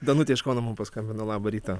danutė iš kauno mum paskambino labą rytą